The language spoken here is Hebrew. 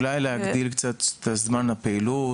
אולי להגדיל קצת את זמן הפעילות?